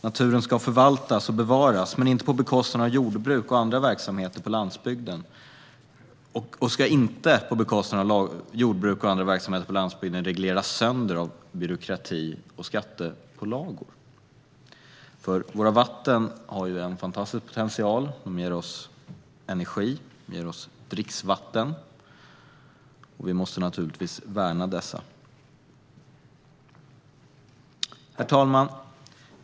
Naturen ska förvaltas och bevaras, men inte på bekostnad av att jordbruk och andra verksamheter på landsbygden regleras sönder av byråkrati och skattepålagor. Våra vatten har en fantastisk potential. De ger oss energi och dricksvatten, och vi måste naturligtvis värna dem. Herr talman!